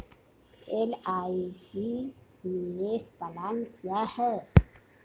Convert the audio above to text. LIC निवेश plan क्या है?